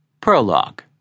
Prologue